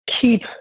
keep